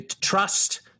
trust